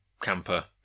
camper